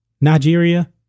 Nigeria